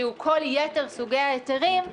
שהוא כל יתר סוגי ההיתרים,